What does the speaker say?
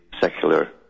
secular